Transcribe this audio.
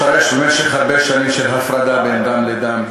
השתרש במשך הרבה שנים של הפרדה בין דם לדם.